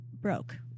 broke